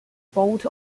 boat